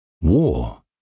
war